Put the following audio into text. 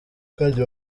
kandi